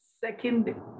second